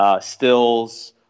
stills